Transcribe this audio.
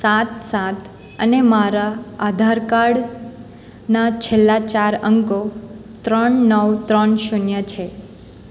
સાત સાત અને મારા આધાર કાર્ડના છેલ્લા ચાર અંકો ત્રણ નવ ત્રણ શૂન્ય છે